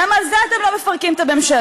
למה על זה אתם לא מפרקים את הממשלה?